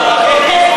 לפיצוי,